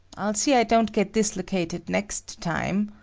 i'll see i don't get dislocated next time,